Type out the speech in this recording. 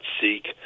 seek